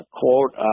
quote